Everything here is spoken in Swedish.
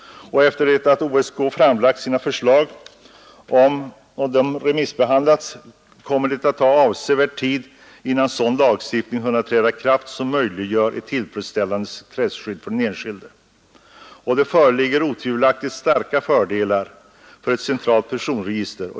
Efter det att OSK framlagt sina förslag och dessa remissbehandlats kommer det att ta avsevärd tid innan sådan lagstiftning som möjliggör ett tillfredsställande sekretesskydd för den enskilde hunnit träda i kraft. Det föreligger otvivelaktigt starka fördelar med ett centralt personregister.